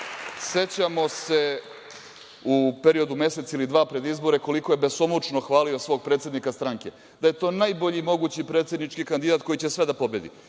sećamo se u periodu mesec ili dva pred izbore koliko je besomučno hvalio svog predsednika stranke, da je to najbolji mogući predsednički kandidat koji će sve da pobedi.